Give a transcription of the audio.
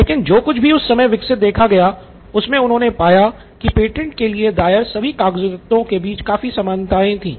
लेकिन जो कुछ भी उस समय विकसित देखा गया उसमे उन्होंने पाया कि पैटंट के लिए दायर सभी कागजातों के बीच काफी समानताएं थीं